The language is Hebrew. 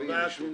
וקנין ציין,